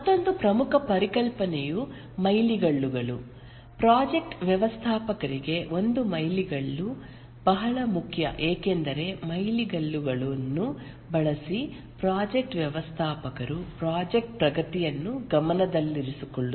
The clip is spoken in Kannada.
ಮತ್ತೊಂದು ಪ್ರಮುಖ ಪರಿಕಲ್ಪನೆಯು ಮೈಲಿಗಲ್ಲುಗಳು ಪ್ರಾಜೆಕ್ಟ್ ವ್ಯವಸ್ಥಾಪಕರಿಗೆ ಒಂದು ಮೈಲಿಗಲ್ಲು ಬಹಳ ಮುಖ್ಯ ಏಕೆಂದರೆ ಮೈಲಿಗಲ್ಲುಗಳನ್ನು ಬಳಸಿ ಪ್ರಾಜೆಕ್ಟ್ ವ್ಯವಸ್ಥಾಪಕರು ಪ್ರಾಜೆಕ್ಟ್ ಪ್ರಗತಿಯನ್ನು ಗಮನದಲ್ಲಿರಿಸಿಕೊಳ್ಳುತ್ತಾರೆ